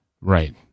Right